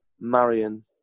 Marion